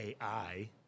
AI